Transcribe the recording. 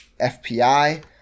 FPI